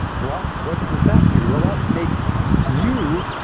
well what does that do? well that makes you